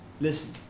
listen